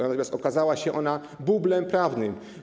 Natomiast okazała się ona bublem prawnym.